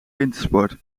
wintersport